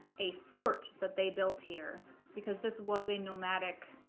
a fort that they built here because this was a nomadic